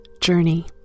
journey